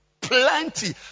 Plenty